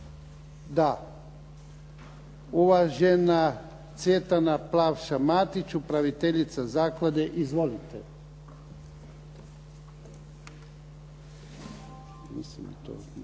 Da. Uvažena Cvjetana Plavša Matić, upraviteljica zaklade. Izvolite. **Plavša-Matić,